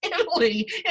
Italy